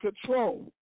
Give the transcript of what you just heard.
control